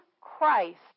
Christ